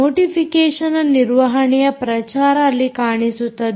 ನೋಟಿಫಿಕೇಷನ್ನ ನಿರ್ವಹಣೆಯ ಪ್ರಚಾರ ಅಲ್ಲಿ ಕಾಣಿಸುತ್ತದೆ